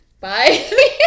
Bye